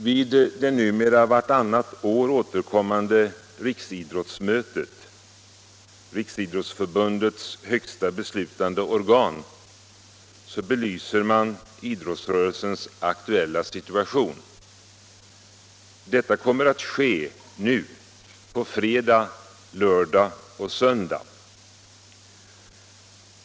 Vid det numera vartannat år återkommande riksidrottsmötet, Riksidrottsförbundets högsta beslutande organ, belyser man idrottsrörelsens aktuella situation. Detta kommer att ske nu på fredag, lördag och söndag.